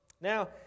Now